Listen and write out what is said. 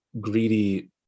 greedy